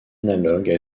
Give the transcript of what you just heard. analogue